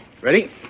Ready